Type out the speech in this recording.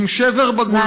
עם שבר בגולגולת,